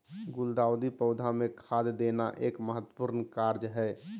गुलदाऊदी पौधा मे खाद देना एक महत्वपूर्ण कार्य हई